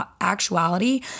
actuality